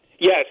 Yes